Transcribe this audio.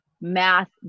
math